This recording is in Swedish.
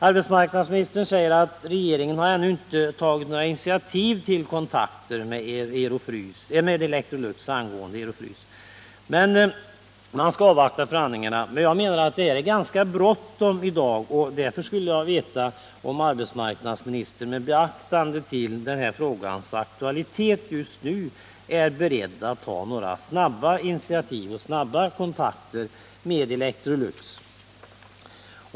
Arbetsmarknadsministern säger att regeringen ännu inte har tagit några initiativ till kontakter med Electrolux angående Ero-Frys, utan man skall avvakta förhandlingarna. Jag menar att det är ganska bråttom i dag, och därför skulle jag vilja veta om arbetsmarknadsministern med beaktande av den här frågans aktualitet just nu är beredd att ta några snabba initiativ till kontakter med Electrolux.